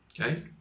okay